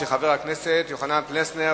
של חבר הכנסת יוחנן פלסנר.